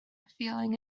feeling